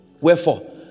Wherefore